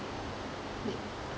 late